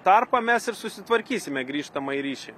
tarpą mes ir susitvarkysime grįžtamąjį ryšį